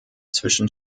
zwischen